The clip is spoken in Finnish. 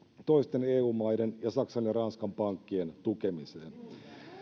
toisten eu maiden ja saksan ja ranskan pankkien tukemiseen